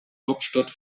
hauptstadt